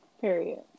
Period